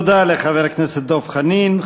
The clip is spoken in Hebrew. תודה רבה לחבר הכנסת דב חנין.